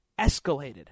escalated